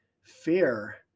fear